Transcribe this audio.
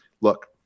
look